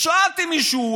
אז שאלתי מישהו.